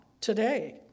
today